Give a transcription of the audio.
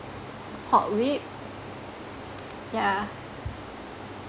pork rib yeah